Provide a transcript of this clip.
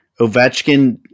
Ovechkin